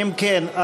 אם כן,